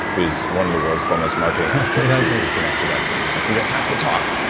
whose one of the world's foremost marketing experts who connected us and was like, you guys have to talk!